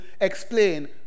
explain